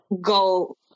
go